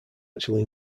actually